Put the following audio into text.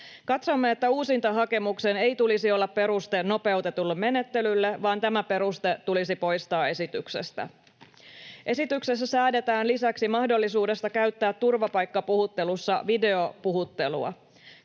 Katsomme, että uusintahakemuksen ei tulisi olla peruste nopeutetulle menettelylle, vaan tämä peruste tulisi poistaa esityksestä. Esityksessä säädetään lisäksi mahdollisuudesta käyttää turvapaikkapuhuttelussa videopuhuttelua.